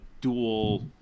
dual